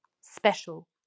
special